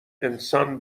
انسان